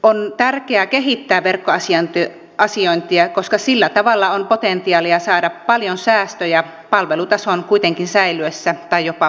on tärkeää kehittää verkkoasiointia koska sillä tavalla on potentiaalia saada paljon säästöjä palvelutason kuitenkin säilyessä tai jopa parantuessa